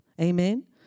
Amen